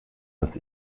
als